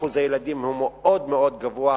שיעור הילדים הוא מאוד-מאוד גבוה,